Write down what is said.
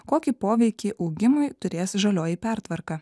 kokį poveikį augimui turės žalioji pertvarka